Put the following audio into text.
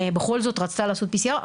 בכל זאת רצתה לעשות PCR,